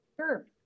Sure